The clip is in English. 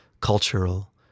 cultural